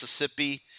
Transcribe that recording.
Mississippi